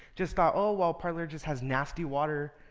just thought, oh, well, parlier just has nasty water.